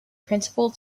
principle